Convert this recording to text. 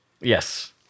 Yes